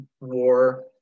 War